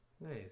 Nice